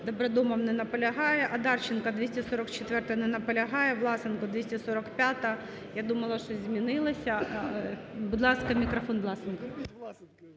Добродомов. Не наполягає. Одарченко, 244-а. Не наполягає. Власенко, 245-а. Я думала, щось змінилося. Будь ласка, мікрофон Власенка.